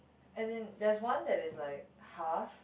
as in there's one that is like half